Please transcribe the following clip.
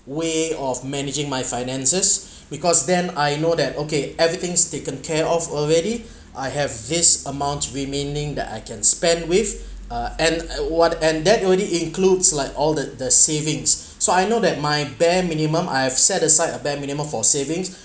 way of managing my finances because then I know that okay everything's taken care off already I have this amount remaining that I can spend with uh and and what and that only includes like all the the savings so I know that my bare minimum I have set aside a bare minimum for savings